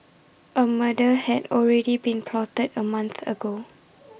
A murder had already been plotted A month ago